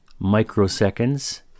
microseconds